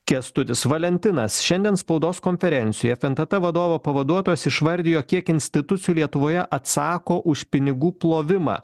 kęstutis valentinas šiandien spaudos konferencijoje fntt vadovo pavaduotojas išvardijo kiek institucijų lietuvoje atsako už pinigų plovimą